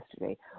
yesterday